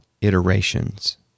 iterations